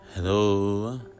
Hello